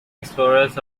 explorers